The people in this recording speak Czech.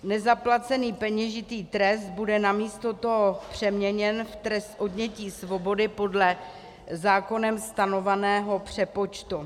Nezaplacený peněžitý trest bude namísto toho přeměněn v trest odnětí svobody podle zákonem stanoveného přepočtu.